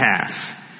half